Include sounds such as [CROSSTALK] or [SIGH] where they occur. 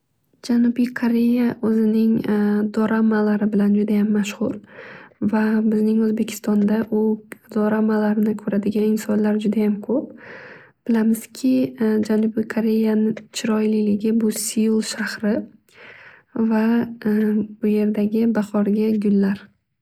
Janubiy Koreya o'zining [HESITATION] dorammalari bilan judayam mashhur. Va bizning O'zbeistonda u dorammalarni ko'radigan insonlar judayam ko'p. Bilamizki [HESITATION] Janubiy Koreyani chiroyliligi bu Seul shahri va [HESITATION] bu yerdagi bahorgi gullar.